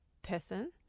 person